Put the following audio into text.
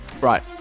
Right